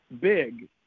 big